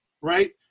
Right